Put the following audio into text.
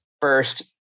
first